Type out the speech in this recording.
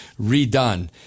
redone